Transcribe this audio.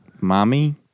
Mommy